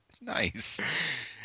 Nice